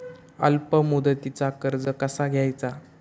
अल्प मुदतीचा कर्ज कसा घ्यायचा?